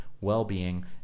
well-being